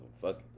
Fuck